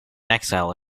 exile